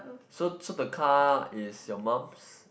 so so the car is your mum's